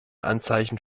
anzeichen